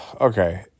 okay